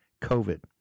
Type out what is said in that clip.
COVID